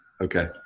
Okay